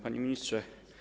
Panie Ministrze!